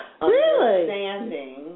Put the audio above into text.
understanding